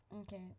Okay